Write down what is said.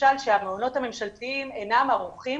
למשל שהמעונות הממשלתיים אינם ערוכים